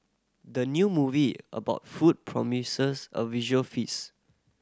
the new movie about food promises a visual feast